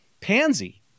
pansy